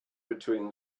between